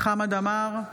חמד עמאר,